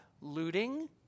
looting